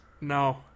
No